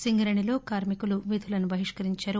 సింగరేణిలో కార్మికులు విధులను బహిష్కరించారు